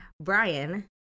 Brian